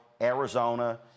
arizona